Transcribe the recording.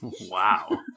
Wow